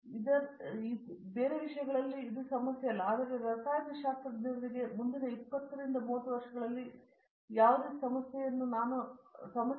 ಹಾಗಾಗಿ ಅದು ಇತರ ವಿಷಯಗಳಲ್ಲಿ ಒಂದು ಸಮಸ್ಯೆ ಅಲ್ಲ ಆದರೆ ರಸಾಯನ ಶಾಸ್ತ್ರಜ್ಞರಿಗೆ ಮುಂದಿನ 20 30 ವರ್ಷಗಳಲ್ಲಿ ಯಾವುದೇ ಸಮಸ್ಯೆಯನ್ನು ನಾನು ಕಾಣುವುದಿಲ್ಲ